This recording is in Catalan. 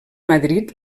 madrid